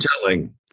telling